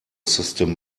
system